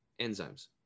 enzymes